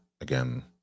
again